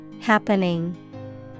Happening